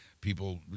people